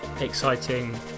exciting